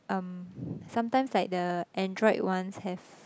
um sometimes like the android ones have